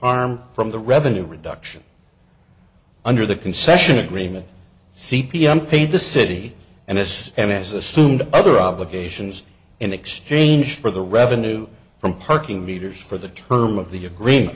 arm from the revenue reduction under the concession agreement c p m paid the city and as and as assumed other obligations in exchange for the revenue from parking meters for the term of the agreement